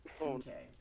Okay